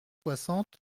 soixante